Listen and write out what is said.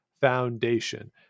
Foundation